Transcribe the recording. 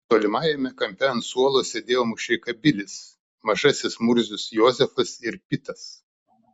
tolimajame kampe ant suolo sėdėjo mušeika bilis mažasis murzius jozefas ir pitas